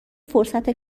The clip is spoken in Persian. فرصت